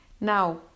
Now